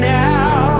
now